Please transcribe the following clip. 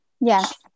Yes